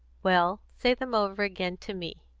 well, say them over again, to me.